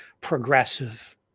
progressive